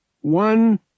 one